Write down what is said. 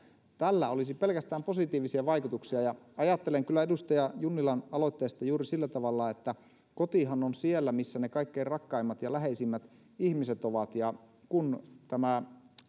tällä olisi pelkästään positiivisia vaikutuksia ajattelen kyllä edustaja junnilan aloitteesta juuri sillä tavalla että kotihan on siellä missä ne kaikkein rakkaimmat ja läheisimmät ihmiset ovat ja kun